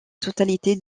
totalité